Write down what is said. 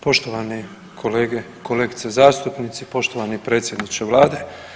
Poštovane kolege, kolegice zastupnici, poštovani predsjedniče Vlade.